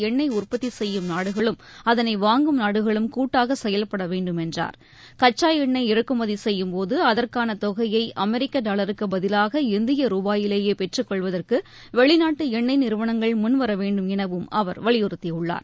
எண்ணெய் உற்பத்தி செய்யும் நாடுகளும் அதனை வாங்கும் நாடுகளும் கூட்டாக செயல்பட வேண்டும் என்றார் கச்சா எண்ணெய் இறக்குமதி செய்யும்போது அதற்கான தொகையை அமெரிக்க டாலருக்குப் பதிலாக இந்திய ரூபாயிலேயே பெற்றுக் கொள்வதற்கு வெளிநாட்டு எண்ணெய் நிறுவனங்கள் முன்வர வேண்டும் எனவும் அவர் வலியுறுத்தியுள்ளார்